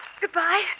Goodbye